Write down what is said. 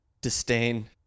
disdain